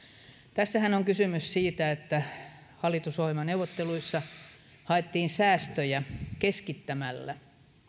tässähän on kysymys siitä että hallitusohjelmaneuvotteluissa haettiin säästöjä keskittämällä